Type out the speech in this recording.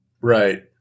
right